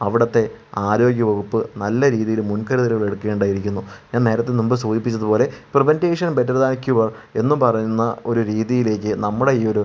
അവിടുത്തെ ആരോഗ്യ വകുപ്പു നല്ല രീതിയിൽ മുൻ കരുതലുകൾ എടുക്കേണ്ട ഇരിക്കുന്നു ഞാൻ നേരത്തെ മുൻപു സൂചിപ്പിച്ചതു പോലെ പ്രിവൻറ്റേഷൻ ബെറ്റർ ദാൻ ക്യൂവർ എന്നു പറയുന്ന ഒരു രീതിയിലേക്കു നമ്മുടെ ഈ ഒരു